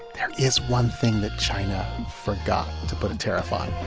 there is one thing that china forgot to put a tariff on.